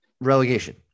relegation